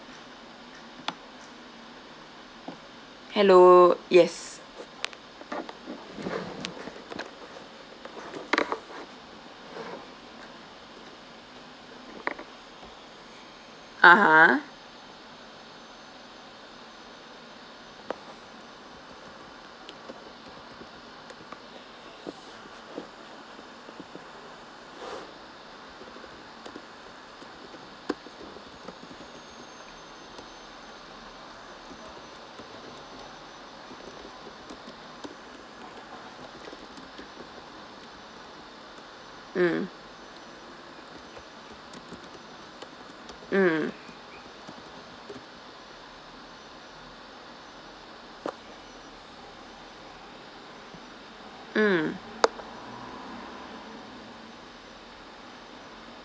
hello yes (uh huh) mm mm mm